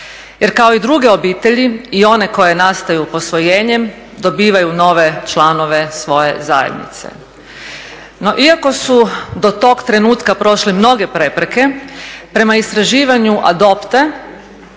Jer kao i druge obitelji i one koje nastaju posvojenjem dobivaju nove članove svoje zajednice. No iako su do tog trenutka prošle mnoge prepreke, prema istraživanju